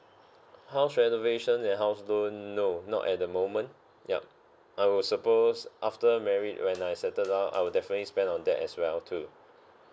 house renovation and house loan no not at the moment yup I will suppose after married when I settle down I'll definitely spend on that as well too